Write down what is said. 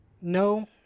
no